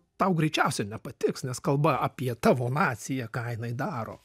tau greičiausia nepatiks nes kalba apie tavo naciją ką jinai daro